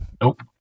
Nope